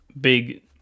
big